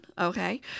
Okay